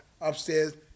upstairs